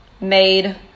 made